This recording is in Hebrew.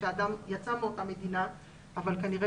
על אף שאדם יצא מן המדינה יכול להיות